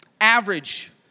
Average